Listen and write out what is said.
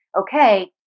okay